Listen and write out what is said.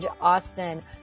Austin